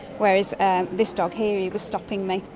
whereas ah this dog here, he was stopping me.